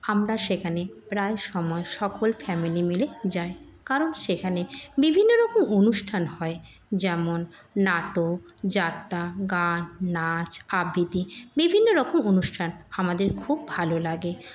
আমরা সেখানে প্রায় সময় সকল ফ্যামিলি মিলে যাই কারণ সেখানে বিভিন্নরকম অনুষ্ঠান হয় যেমন নাটক যাত্রা গান নাচ আবৃত্তি বিভিন্নরকম অনুষ্ঠান আমাদের খুব ভালো লাগে